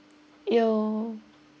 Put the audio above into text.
you